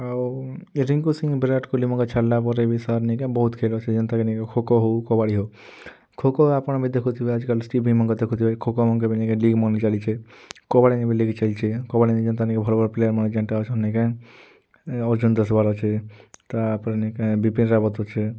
ଆଉ ରିଙ୍କୁ ସିଂ ଆଉ ବିରାଟ୍ କୋହଲି ମନ୍କେ ଛାଡ଼୍ଲା ପରେ ସାର୍ ନିକେ ବହୁତ୍ ଖେଲ୍ ଅଛେ ଯେନ୍ଟାକି ନେଇକେଁ ଖୋକୋ ହୋଉ କବାଡ଼ି ହୋଉ ଖୋକୋ ଆପଣ ବି ଦେଖୁଥିବେ ଆଜିକାଲି ଟିଭିମନ୍କେ ଦେଖୁଥିବେ ଖୋକୋ ମନ୍କେ ନେଇକେଁ ଲିଗ୍ମାନେ ଚାଲିଚେ କବାଡ଼ିନେ ବି ଲିଗ୍ମାନେ ଚାଲିଚେ କବାଡ଼ିନେ ଯେନ୍ତା ନିକେଁ ଭଲ୍ ଭଲ୍ ପ୍ଲେଆର୍ମାନେ ଯେନ୍ଟା ଅଛନ୍ ନିକେଁ ଓଉଛନ ଦଶ୍ବାର ଅଛେ ତା'ପରେ ନିକେ ଭିପିନ୍ ରାବତ୍ ଅଛେ